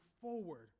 forward